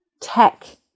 tech